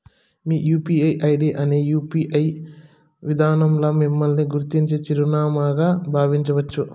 మీ UPI ID అనేది UPI విదానంల మిమ్మల్ని గుర్తించే చిరునామాగా బావించచ్చు